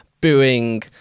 booing